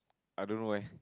I don't know eh